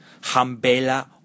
Hambela